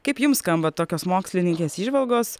kaip jums skamba tokios mokslininkės įžvalgos